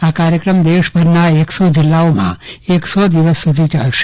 આ કાર્યક્રમ દેશભરના એકસો જિલ્લામાં એકસો દિવસ સુધી ચાલશે